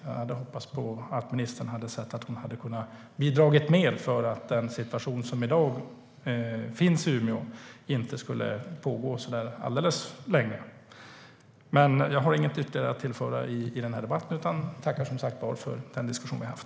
Jag hade hoppats att ministern ansett sig kunna bidra mer till att den situation som i dag råder i Umeå inte ska fortgå alltför länge. Jag har inget ytterligare att tillägga utan tackar för den diskussion vi haft.